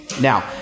Now